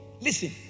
listen